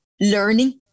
learning